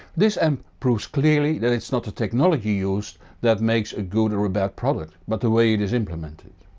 this amp proves clearly that it is not the technology used that makes a good or ah bad product but the way it is implemented.